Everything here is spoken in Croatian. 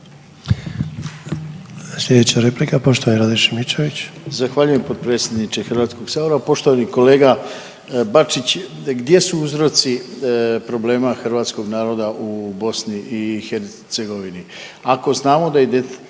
Sljedeća replika poštovana Andreja Marić.